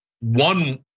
one